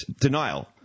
denial